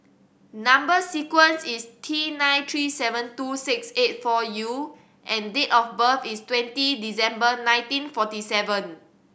number sequence is T nine three seven two six eight four U and date of birth is twenty December nineteen forty seven